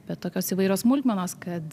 bet tokios įvairios smulkmenos kad